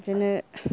बिदिनो